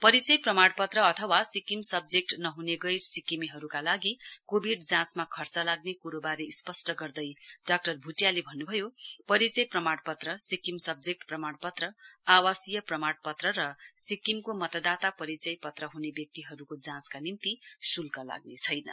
परिचय प्रमाणपत्र अथवा सिक्किम सब्जेक्ट नहने गैर सिक्किमेहरुका लागि जाँचमा खर्च लाग्ने कुरोवारे स्पष्ट गर्दै डाक्टर भुटियाले भन्नुभयो परिचय प्रमानपत्रसिक्किम सब्जेक्ट प्रमानपत्रआवासीय प्रमानपत्र र सिक्किमको मतदाता परिचय पत्र हुने व्यक्तिहरुको जाँचका निम्ति शुल्क लाग्ने छैन